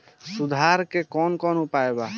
सुधार के कौन कौन उपाय वा?